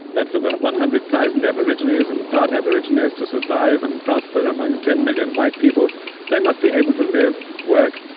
that for the one hundred thousand aborigines and part-aborigines to survive and prosper among ten million white people they must be able to live, work,